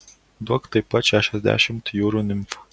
duok taip pat šešiasdešimt jūrų nimfų